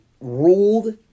ruled